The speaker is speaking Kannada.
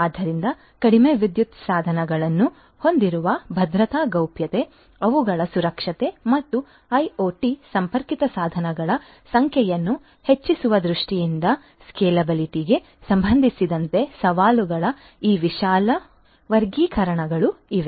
ಆದ್ದರಿಂದ ಕಡಿಮೆ ವಿದ್ಯುತ್ ಸಾಧನಗಳನ್ನು ಹೊಂದಿರುವ ಭದ್ರತಾ ಗೌಪ್ಯತೆ ಅವುಗಳ ಸುರಕ್ಷತೆ ಮತ್ತು ಐಒಟಿ ಸಂಪರ್ಕಿತ ಸಾಧನಗಳ ಸಂಖ್ಯೆಯನ್ನು ಹೆಚ್ಚಿಸುವ ದೃಷ್ಟಿಯಿಂದ ಸ್ಕೇಲೆಬಿಲಿಟಿಗೆ ಸಂಬಂಧಿಸಿದಂತೆ ಸವಾಲುಗಳ ಈ ವಿಶಾಲ ವರ್ಗೀಕರಣಗಳು ಇವು